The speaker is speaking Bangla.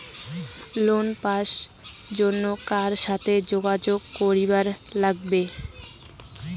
লোন পাবার জন্যে কার সাথে যোগাযোগ করিবার লাগবে?